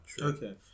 Okay